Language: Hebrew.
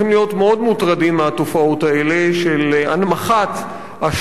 מוטרדים מהתופעות האלה של הנמכת השואה,